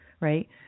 right